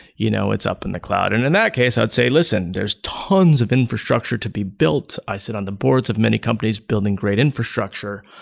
you know it's up in the cloud. and in that case i would say, listen, there're tons of infrastructure to be built, i said on the boards of many companies building great infrastructure.